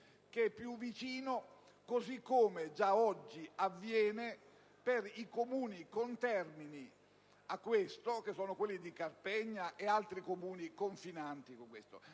che è più vicino, così come già oggi avviene per i Comuni contermini a questo, come quello di Carpegna e altri confinanti. In caso